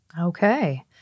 Okay